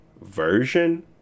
version